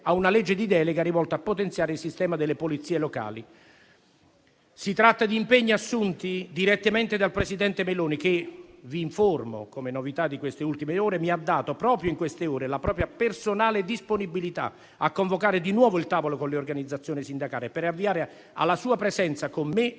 a una legge di delega rivolta a potenziare il sistema delle polizie locali. Si tratta di impegni assunti direttamente dal presidente Meloni. Come novità di queste ultime ore, vi informo che il presidente Meloni mi ha dato, proprio in queste ore, la propria personale disponibilità a convocare di nuovo il tavolo con le organizzazioni sindacali per avviare con me, alla sua presenza, le